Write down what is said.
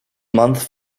months